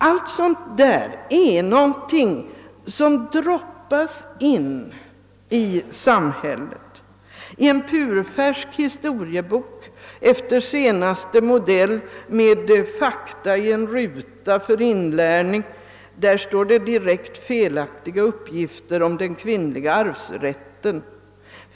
Allt detta är någonting som droppas in i samhället. I en purfärsk historiebok efter senaste modell med fakta för inlärning i en ruta lämnas direkt felaktiga uppgifter om den kvinnliga arvsrätten.